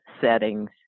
settings